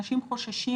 אנשים חוששים